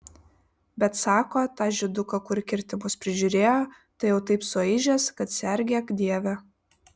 bet sako tą žyduką kur kirtimus prižiūrėjo tai jau taip suaižęs kad sergėk dieve